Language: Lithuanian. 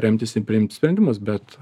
remtis ir priimti sprendimus bet